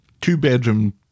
two-bedroom